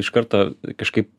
iš karto kažkaip